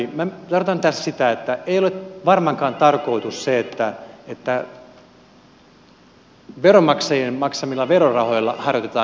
minä tarkoitan tässä sitä että ei ole varmaankaan tarkoitus se että veronmaksajien maksamilla verorahoilla harjoitetaan elinkeinotoimintaa